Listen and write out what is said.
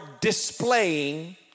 displaying